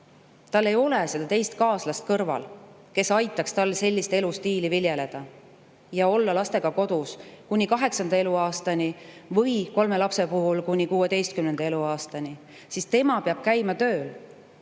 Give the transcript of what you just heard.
tal ei ole kõrval kaaslast, kes aitaks tal sellist elustiili viljeleda ja olla lastega kodus kuni nende 8. eluaastani või kolme lapse puhul kuni nende 16. eluaastani, siis tema peab käima tööl